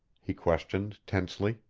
he questioned tensely.